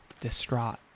distraught